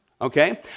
Okay